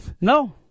No